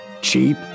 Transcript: cheap